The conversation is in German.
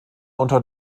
unter